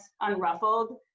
unruffled